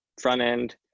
front-end